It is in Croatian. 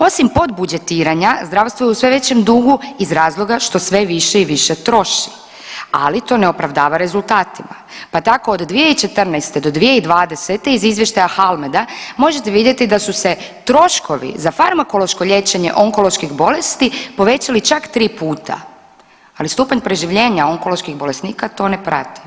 Osim podbudžetiranja, zdravstvo je u sve većem dugu iz razloga što sve više i više troši, ali to ne opravdava rezultatima, pa tako od 2014. do 2020. iz izvještaja HALMED-a možete vidjeti da su se troškovi za farmakološko liječenje onkoloških bolesti povećali čak 3 puta, ali stupanj preživljenja onkoloških bolesnika to ne prati.